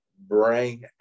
bring